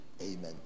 Amen